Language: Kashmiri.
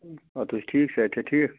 آ تُہۍ چھُو ٹھیٖک صحت چھا ٹھیٖک